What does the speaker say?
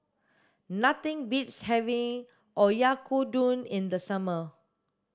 nothing beats having Oyakodon in the summer